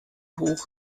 hoch